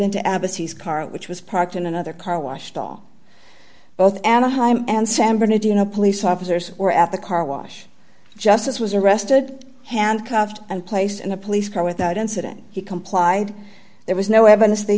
car which was parked in another car washed all both anaheim and san bernardino police officers were at the car wash just as was arrested handcuffed and placed in a police car without incident he complied there was no evidence they